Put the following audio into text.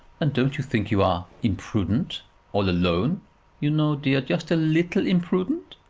and don't you think you are imprudent all alone, you know, dear just a leetle imprudent.